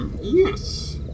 Yes